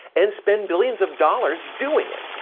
and spend billions of dollars doing it.